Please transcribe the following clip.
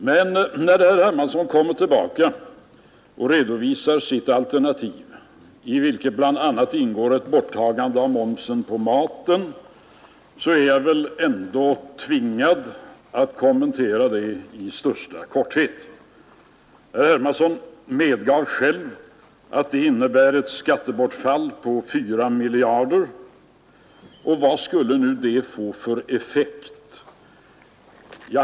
Men när herr Hermansson därefter redovisar sitt alternativ, i vilket bl.a. ingår ett borttagande av momsen på maten, är jag väl ändå tvingad att kommentera det i största korthet. Herr Hermansson medgav själv att det innebär ett skattebortfall på 4 miljarder kronor, och vad skulle det få för effekt?